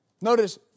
Notice